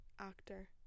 actor